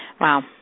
Wow